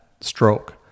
stroke